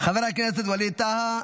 חבר הכנסת ווליד טאהא,